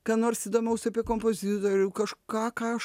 ką nors įdomaus apie kompozitorių kažką ką aš